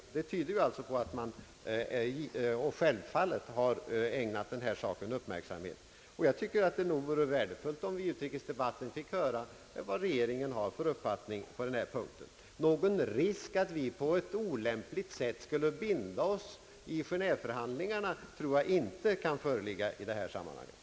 Detta tyder på att man — vilket är självfallet — har ägnat uppmärksamhet åt dessa problem, och jag tycker nog att det vore värdefullt om vi i utrikesdebatten fick höra något om regeringens uppfattning i dessa avseenden. Någon risk för att vi på ett olämpligt sätt skulle binda oss när det gäller genéveförhandlingarna tror jag inte kan föreligga i detta sammanhang.